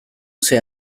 sei